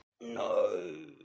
No